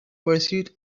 pursuit